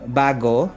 bago